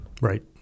right